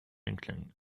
inkling